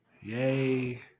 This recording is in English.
Yay